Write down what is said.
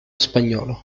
spagnolo